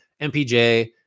MPJ